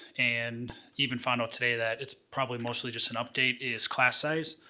and even found out today that it's probably mostly just an update, is class size.